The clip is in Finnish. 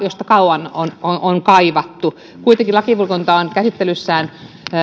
kauan on on kaivattu kuitenkin lakivaliokunta on käsittelyssään